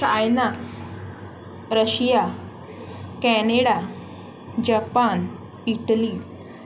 China Russia Canada Japan Italy